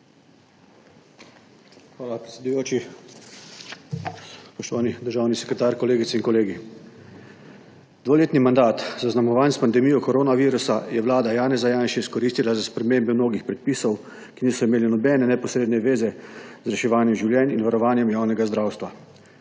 Hvala, predsedujoči. Spoštovani državni sekretar, kolegice in kolegi! Dvoletni mandat, zaznamovan s pandemijo koronavirusa, je vlada Janeza Janše izkoristila za spremembe mnogih predpisov, ki niso imeli nobene neposredne zveze z reševanjem življenjem in varovanjem javnega zdravstva.